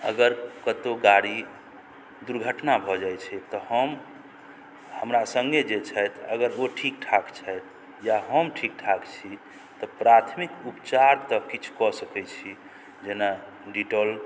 अगर कतौ गाड़ी दुर्घटना भऽ जाइ छै तऽ हमरा सङ्गे जे छथि अगर ओ ठीक ठाक छथि या हम ठीक ठाक छी तऽ प्राथमिक उपचार तऽ किछु कऽ सकैत छी जेना डिटॉल